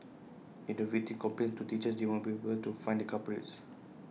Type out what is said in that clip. if the victim complains to teachers they won't be able to find the culprits